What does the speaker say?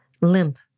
limp